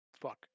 fuck